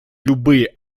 любые